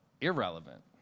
irrelevant